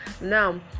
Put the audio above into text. now